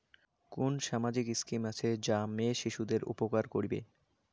কুন সামাজিক স্কিম আছে যা মেয়ে শিশুদের উপকার করিবে?